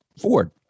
Ford